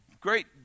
great